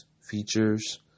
features